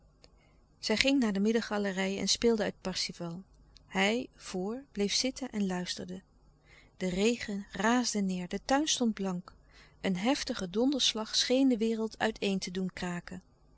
zij ging terug naar de middengalerij en speelde uit parzifal hij voor bleef zitten en luisterde de regen raasde neêr de tuin stond blank een heftige donderslag scheen de wereld uit een te doen kraken